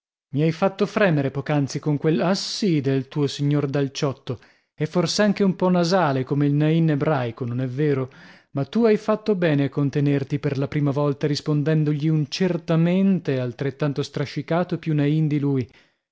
mi hai fatto fremere poc'anzi con quell ah sì del tuo signor dal ciotto e fors'anche un po nasale come il naïn ebraico non è vero ma tu hai fatto bene a contenerti per la prima volta rispondendogli un certamente altrettanto strascicato e più naïn di lui